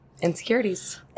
Insecurities